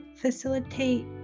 facilitate